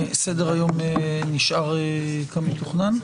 סדר-היום נשאר כמתוכנן?